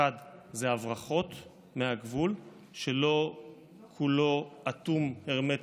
1. הברחות מהגבול שלא כולו אטום הרמטית,